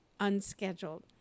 unscheduled